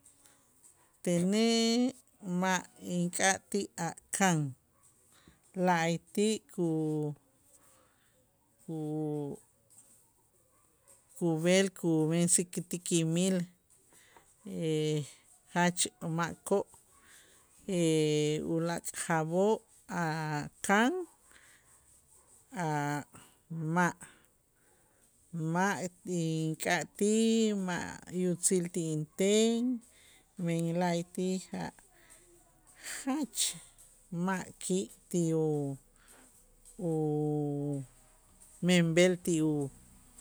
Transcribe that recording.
Tenej ma' ink'atij a' kan la'ayti' ku- ku- kub'el kub'ensik ti kimil jach makoo' ulaak' jaab'oo' a' kan a' ma' ma' ink'atij ma' yutzil ti inten, men la'ayti' ja'-jach ma'ki' ti o- o menb'el ti u